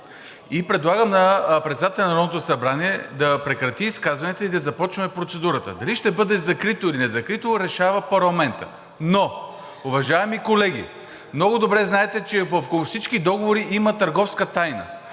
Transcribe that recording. предлагам на председателя на Народното събрание да прекрати изказванията и да започнат процедурата. Дали ще бъде закрито, или не закрито – решава парламентът. Но, уважаеми колеги, много добре знаете, че във всички договори има търговска тайна.